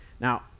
Now